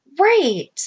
Right